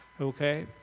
okay